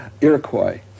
Iroquois